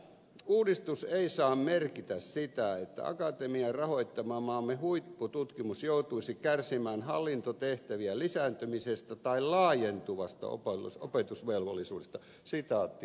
uudistus ei saa merkitä sitä että akatemian rahoittama maamme huippututkimus joutuisi kärsimään hallintotehtävien lisääntymisestä tai laajentuvasta opetusvelvollisuudesta